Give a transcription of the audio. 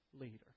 leader